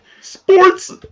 Sports